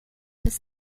bis